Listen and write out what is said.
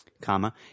comma